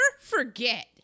forget